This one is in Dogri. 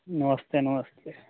नमस्ते नमस्ते